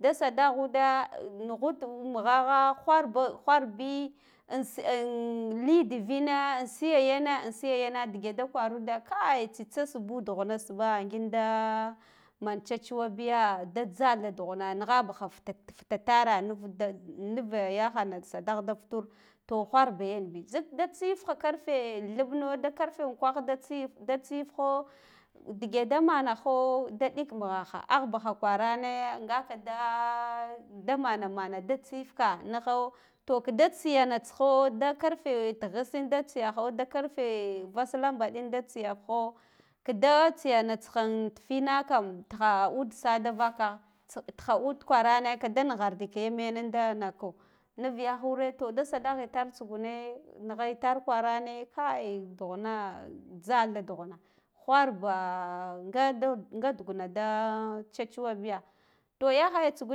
Da sadagh huda nughud am mughagha wharba wharbi an shi ann liy divina an siya yena an siyana dige da kwaruda kai tsitsa sbu dughuna sba ginda man tsetsuwa biya da jhatha dughuna nigha baha futa, futa tare nav da nuva yahana sadah da sutur to wharba yanbi zak sha tsif ha karfa theɓɓna da karfe wa kwah da tsiif, da tsiif gho dige damaho da ɗik maghaha ahb aha kwarane ngaka daa da manaman da tsiifka niho to kida tsiyana tsiho da karfew tighisne da tsigaho da karfe vaslambaɗin da tsiyaho kida tsiyanatsiha arfa fina kam tiha sa da vakagh tss tigha ud kwarane kida nahardi kiya mene nda naka nuu yahoore to da satah war tsugune ngha idar kwarane kai dughuna jha tha nga duguna wharbaa nga da duguna da tsetsuwa biya to yahaya tsugu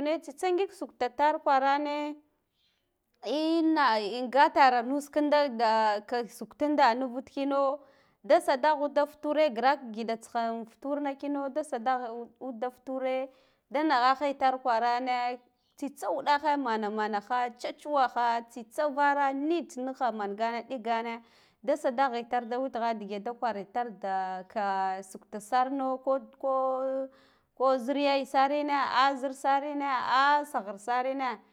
ne tsitsa ngik sukta itar kwarana ehh na an gatara nus kidda da ka suktum da nuvu kino da satah ghud fa fatur grak gida tsiha an futarna kino da satagh ud da future da nihaha itar kwarana tsitsa uɗahe mana manaha itar kwarana tsitsa uɗahe mana manaha tsetsuwa ha tsitsa vara naat niha mangan ɗikgane da sadagh itar wutigha dege da kwara itare da ka sukta samo ko zir yayya sarina a zirsarina a saghar sarina.